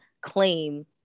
claim